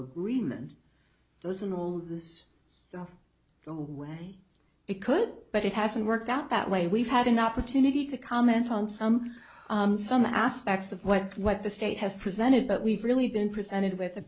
agreement those and all this stuff the way it could but it hasn't worked out that way we've had an opportunity to comment on some some aspects of what the state has presented but we've really been presented with a